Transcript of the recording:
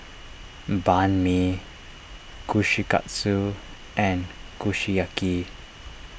Banh Mi Kushikatsu and Kushiyaki